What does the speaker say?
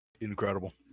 Incredible